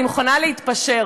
אני מוכנה להתפשר,